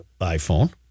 iPhone